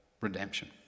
redemption